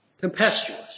Tempestuous